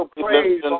praise